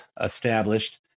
established